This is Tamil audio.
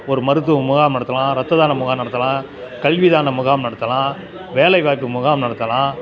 ஒரு மருத்துவ முகாம் நடத்தலாம் இரத்த தான முகாம் நடத்தலாம் கல்வி தான முகாம் நடத்தலாம் வேலைவாய்ப்பு முகாம் நடத்தலாம்